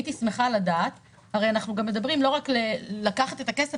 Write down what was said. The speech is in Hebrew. הייתי שמחה לדעת הרי אנחנו מדברים לא רק על לקחת את הכסף,